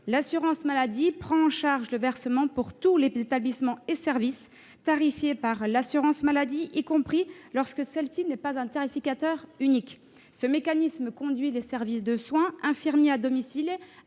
l'assurance maladie prend en charge le versement de la prime pour tous les établissements et services tarifés par l'assurance maladie, y compris lorsque celle-ci n'est pas tarificateur unique. Ce mécanisme conduit des services de soins infirmiers à domicile